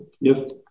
Yes